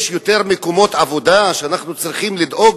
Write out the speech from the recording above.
יש יותר מקומות עבודה שאנחנו צריכים לדאוג